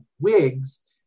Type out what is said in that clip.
Whigs